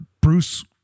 Bruce